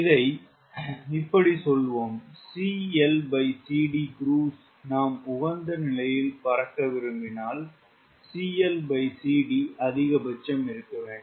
இதைச் சொல்வோம் CLCD cruise நாம் உகந்த நிலையில் பறக்க விரும்பினால் CLCD அதிகபட்சம் இருக்கவேண்டும்